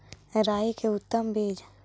राई के उतम बिज?